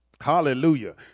Hallelujah